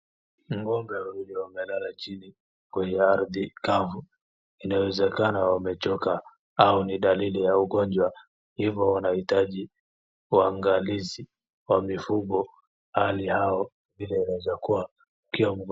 Ng'ombe wawili wamelala chini kwa ardi kavu. Inawezakana wamechoka au ni dalili ya ugonjwa hivo wanahitaji waangalizi wa mifugo hali yao vile inaweza kuwa wakiwa wagonjwa.